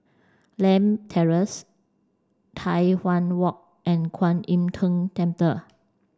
Lakme Terrace Tai Hwan Walk and Kwan Im Tng